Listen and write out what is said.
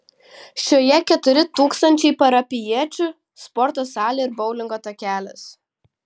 šioje keturi tūkstančiai parapijiečių sporto salė ir boulingo takelis